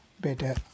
better